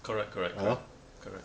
correct correct correct correct